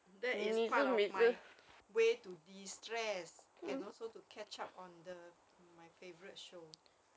that is part of way to destress and also to catch up on the my favorite show